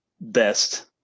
best